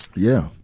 yeah.